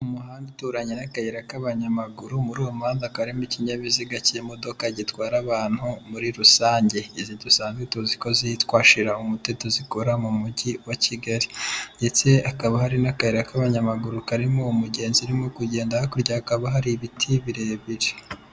Mu muhanda uturanye n'akayira k'abanyamaguru, muri uwo muhanda hakaba harimo ikinyabiziga cy'imodoka gitwara abantu muri rusange, izi dusanzwe tuzi ko zitwa shirumuteto zikora mu mujyi wa Kigali ndetse hakaba hari n'akayira k'abanyamaguru karimo umugenzi urimo kugenda hakurya hakaba hari ibiti birebire.